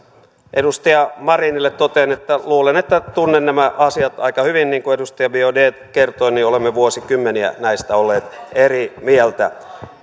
edustaja marinille totean että luulen että tunnen nämä asiat aika hyvin niin kuin edustaja biaudet kertoi olemme vuosikymmeniä näistä olleet eri mieltä